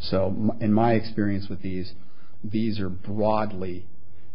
so in my experience with these these are the wadleigh